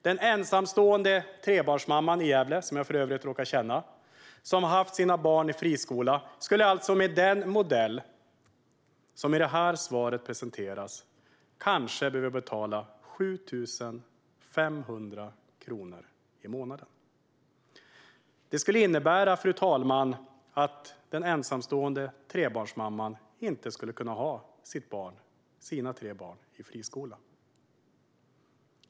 Den ensamstående trebarnsmamman i Gävle, som jag för övrigt råkar känna, som har haft sina barn i friskola skulle alltså med den modell som presenteras i det här svaret kanske behöva betala 7 500 kronor i månaden. Det skulle innebära att den ensamstående trebarnsmamman inte skulle kunna ha sina tre barn i friskola.